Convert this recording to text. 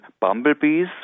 bumblebees